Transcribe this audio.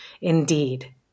Indeed